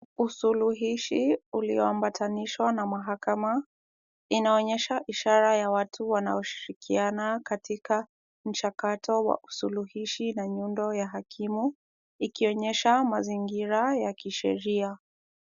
Usuluhishi ulioabatanishwa na mahakama inaonyesha ishara ya watu wanaoshirikiana katika mchakato wa usuluhishi na nyundo ya hakimu ikionyesha mazingira ya kisheria.